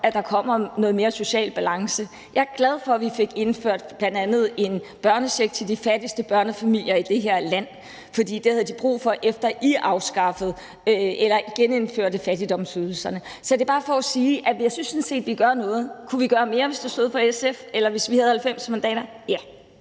at der kommer noget mere social balance. Jeg er glad for, at vi fik indført bl.a. en børnecheck til de fattigste børnefamilier i det her land, for det havde de brug for, efter I genindførte fattigdomsydelserne. Så det er bare for at sige, at jeg sådan set synes, at vi gør noget. Kunne vi gøre mere, hvis det stod til SF, eller hvis vi havde 90 mandater? Ja.